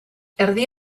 erdi